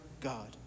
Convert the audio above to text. God